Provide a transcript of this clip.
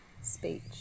speech